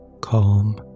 Calm